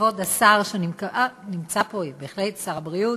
כבוד השר, שנמצא פה, בהחלט, שר הבריאות,